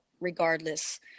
regardless